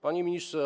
Panie Ministrze!